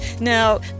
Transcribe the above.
Now